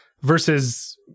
versus